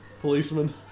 Policeman